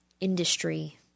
industry